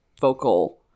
vocal